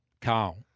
Carl